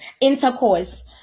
intercourse